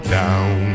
down